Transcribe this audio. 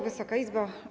Wysoka Izbo!